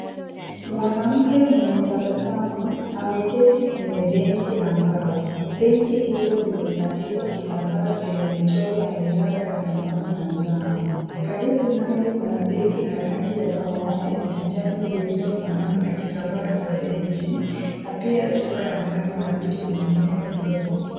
Mwanamke mwenye tabasamu ,ameketi kwenye benchi la mbao. Benchi hilo limetandikwa kitambaa chenye michoro ya miraba ya samawati na njano. Karibu naye Kuna begi la rangi ya samawati na kijani lililofanana na kitambaa cha benchi ,na pia chupa ya maji na vitu vingine vidogo .